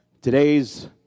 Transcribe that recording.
Today's